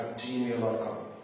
gmail.com